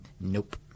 Nope